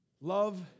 Love